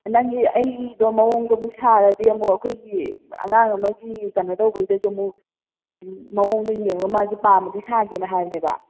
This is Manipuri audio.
ꯅꯪꯒꯤ ꯑꯩꯒꯤꯗꯣ ꯃꯑꯣꯡꯗꯣ ꯑꯃꯨꯛ ꯁꯥꯔꯗꯤ ꯑꯃꯨꯛ ꯑꯩꯈꯣꯏꯒꯤ ꯑꯉꯥꯡ ꯑꯃꯒꯤ ꯀꯩꯅꯣ ꯇꯧꯕꯩꯗꯁꯨ ꯑꯃꯨꯛ ꯃꯑꯣꯡꯗꯣ ꯌꯦꯡꯉꯒ ꯃꯥꯁꯨ ꯄꯥꯝꯃꯗꯤ ꯁꯥꯒꯦꯅ ꯍꯥꯏꯕꯅꯦꯕ